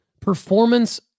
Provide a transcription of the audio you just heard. Performance